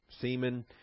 semen